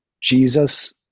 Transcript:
Jesus